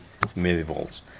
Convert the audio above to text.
millivolts